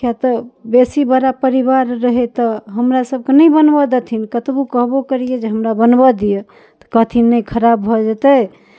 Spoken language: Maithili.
किएक तऽ बेसी बड़ा परिवार रहै तऽ हमरा सभके नहि बनबऽ देथिन कतबो कहबो करिए जे हमरा बनबऽ दिअऽ तऽ कहथिन नहि खराब भऽ जेतै